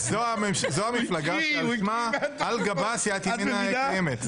זו המפלגה שעל גבה סיעת ימינה קיימת.